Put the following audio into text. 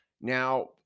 Now